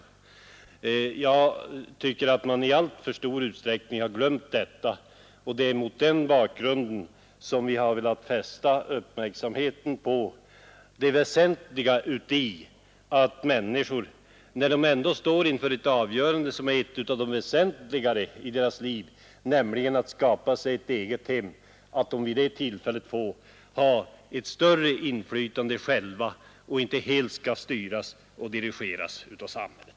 Jag tycker att man i alltför stor utsträckning har glömt detta. Det är mot den bakgrunden som vi har velat fästa uppmärksamheten på det väsentliga i att människor när de står inför ett avgörande som är ett av de väsentligare i deras liv, nämligen att skapa sig ett eget hem, bör ha ett större inflytande själva och inte skall styras och dirigeras av samhället.